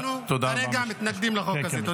אנחנו כרגע מתנגדים לחוק הזה.